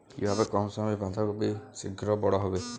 কিভাবে কম সময়ে বাঁধাকপি শিঘ্র বড় হবে?